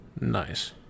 Nice